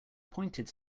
pointed